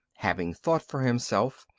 having thought for himself,